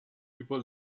über